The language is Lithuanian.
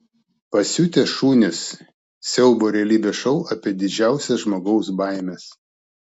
pasiutę šunys siaubo realybės šou apie didžiausias žmogaus baimes